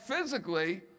physically